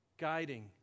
guiding